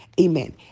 Amen